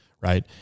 right